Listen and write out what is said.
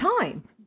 time